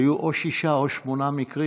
היו או שישה או שמונה מקרים.